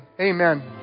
amen